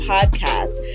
Podcast